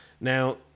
Now